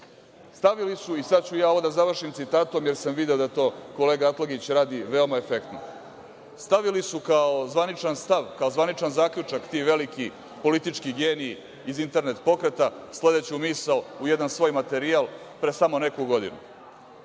izborima. Sada ću ja ovo da završim citatom, jer sam video da to kolega Atlagić radi veoma efektno. Stavili su kao zvaničan stav, kao zvaničan zaključak ti veliki politički geniji iz internet pokreta sledeću misao u jedan svoj materijal pre samo neku godinu: